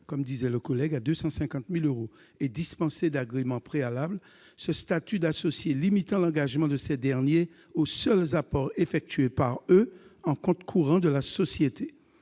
outre-mer inférieurs à 250 000 euros et dispensés d'agrément préalable, le statut d'associé limitant l'engagement de ces derniers aux seuls apports effectués par eux au compte courant de la société.